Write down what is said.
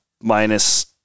minus